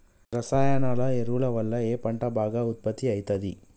రసాయన ఎరువుల వల్ల ఏ పంట బాగా ఉత్పత్తి అయితది?